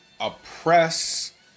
oppress